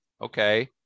okay